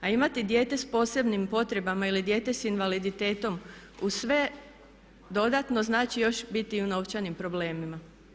A imati dijete s posebnim potrebama ili dijete s invaliditetom uz sve dodatno znači još biti i u novčanim problemima.